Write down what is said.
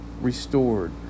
restored